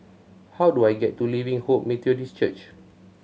how do I get to Living Hope Methodist Church